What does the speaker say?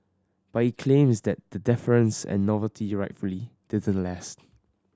but he claims that the deference and novelty rightfully didn't last